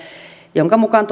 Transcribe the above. jonka mukaan